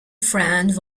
friend